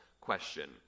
question